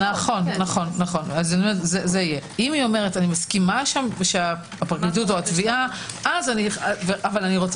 אם היא אומרת: אני מסכימה שהפרקליטות או התביעה אבל רוצה